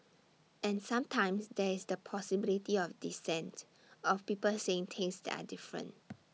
and sometimes there is the possibility of dissent of people saying things that are different